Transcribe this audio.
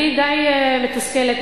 אני די מתוסכלת,